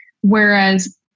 whereas